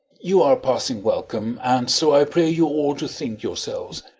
you are passing welcome, and so i pray you all to think yourselves.